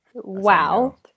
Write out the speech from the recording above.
Wow